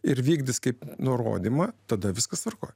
ir vykdys kaip nurodymą tada viskas tvarkoj